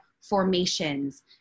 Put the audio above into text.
formations